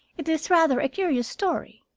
it is rather a curious story.